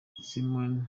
simon